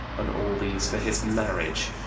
and all these for his marriage.